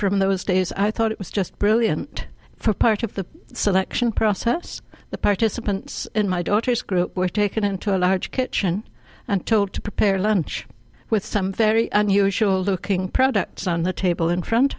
from those days i thought it was just brilliant for part of the selection process the participants in my daughter's group were taken into a large kitchen and told to prepare a lunch with some very unusual looking products on the table in front